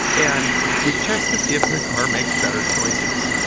and we check to see if and the car makes better choices,